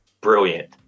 brilliant